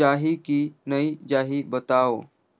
जाही की नइ जाही बताव?